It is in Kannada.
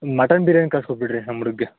ಮಟನ್ ಬಿರ್ಯಾನಿ ಕಳಿಸ್ಕೊಟ್ಬಿಡ್ರಿ ನಮ್ಮ ಹುಡ್ಗಗೆ